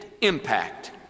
impact